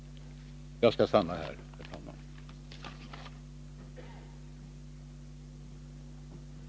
Jag skall stanna där, herr talman!